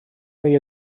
neu